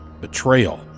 betrayal